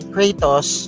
Kratos